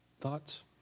Thoughts